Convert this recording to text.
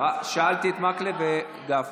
שאלתי את מקלב ואת גפני.